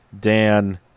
Dan